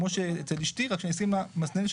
כמו אצל אשתי, רק שאני אשים לה מסתם.